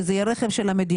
שזה יהיה רכב של המדינה,